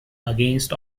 against